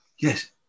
yes